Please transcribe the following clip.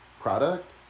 product